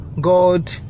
God